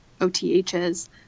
OTHs